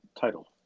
title